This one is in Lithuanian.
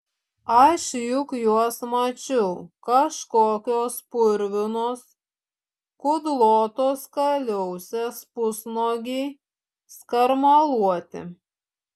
aš juk juos mačiau kažkokios purvinos kudlotos kaliausės pusnuogiai skarmaluoti